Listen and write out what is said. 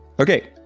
Okay